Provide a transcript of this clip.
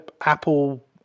Apple